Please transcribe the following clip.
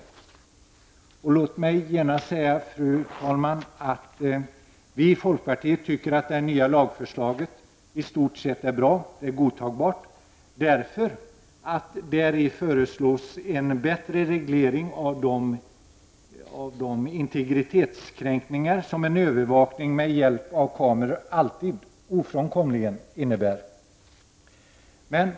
113 Låt mig genast säga, fru talman, att vi i folkpartiet tycker att det nya lagförslaget i stort sett är godtagbart. Däri föreslås en bättre reglering av de integritetskränkningar som en övervakning med hjälp av kameror alltid ofrånkomligen innebär.